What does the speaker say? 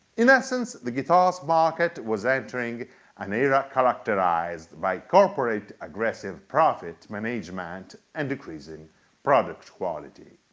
in essence the guitar's market was entering an era characterized by corporate aggressive profit management and decreasing product quality.